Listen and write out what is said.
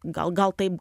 gal gal taip